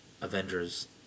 Avengers